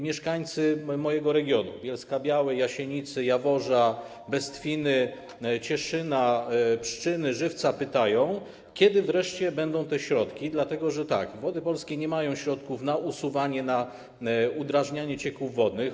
Mieszkańcy mojego regionu, tj. Bielska-Białej, Jasienicy, Jaworza, Bestwiny, Cieszyna, Pszczyny i Żywca, pytają, kiedy wreszcie będą te środki, dlatego że Wody Polskie nie mają środków na usuwanie, na udrażnianie cieków wodnych.